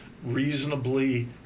reasonably